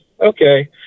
Okay